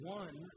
one